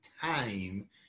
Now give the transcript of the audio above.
time